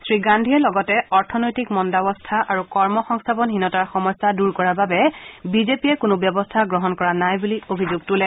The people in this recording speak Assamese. শ্ৰীগান্ধীয়ে লগতে অৰ্থনৈতিক মন্দাবস্থা আৰু কৰ্ম সংস্থাপনহীনতাৰ সমস্যা দূৰ কৰাৰ বাবে বিজেপিয়ে কোনো ব্যৱস্থা গ্ৰহণ কৰা নাই বুলি অভিযোগ তোলে